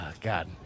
God